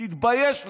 תתבייש לך.